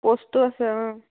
প'ষ্টো আছে অঁ